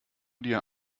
dir